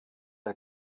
der